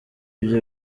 ibyo